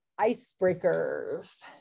icebreakers